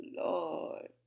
Lord